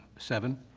seven.